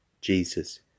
Jesus